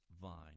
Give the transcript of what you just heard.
vine